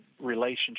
relationship